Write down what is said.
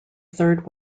third